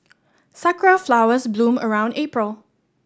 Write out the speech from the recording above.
sakura flowers bloom around April